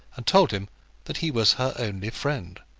and told him that he was her only friend.